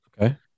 Okay